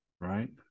right